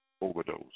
overdose